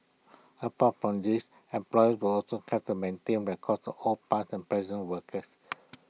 apart from these employers will also have to maintain records all past and present workers